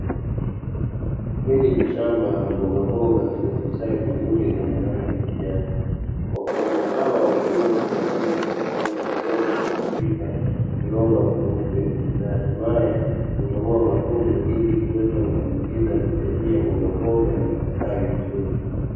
Hili ni shamba la mbogamboga zilizostawi vizuri zenye rangi ya kijani, Wakulima hawa wamelima mboga hizi kwa kujaza udongo katika viroba vyeupe na hatimaye kukagua matunzo ili kuweza kupandikiza miche hii ya mbogamboga na kuweza kustawi vizuri.